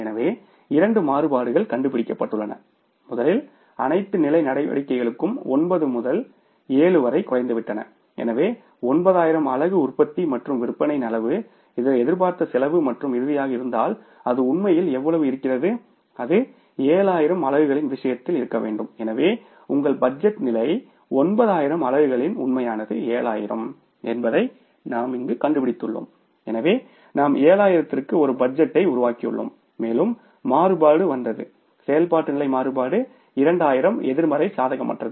எனவே இரண்டு மாறுபாடுகள் கண்டுபிடிக்கப்பட்டுள்ளன முதலில் அனைத்து நிலை நடவடிக்கைகளும் 9 முதல் 7 வரை குறைந்துவிட்டன எனவே 9000 அலகு உற்பத்தி மற்றும் விற்பனையின் அளவு இது எதிர்பார்த்த செலவு மற்றும் இறுதியாக இருந்தால் அது உண்மையில் எவ்வளவு இருக்கிறது அது 7000 அலகுகளின் விஷயத்தில் இருக்க வேண்டும் எனவே உங்கள் பட்ஜெட் நிலை 9000 அலகுகளின் உண்மையானது 7000 என்பதை நாம் இங்கு கண்டுபிடித்துள்ளோம் எனவே நாம் 7000 க்கு ஒரு பட்ஜெட்டை உருவாக்கியுள்ளோம் மேலும் மாறுபாடு வந்தது செயல்பாட்டு நிலை மாறுபாடு 2000 எதிர்மறை சாதகமற்றது